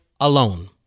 alone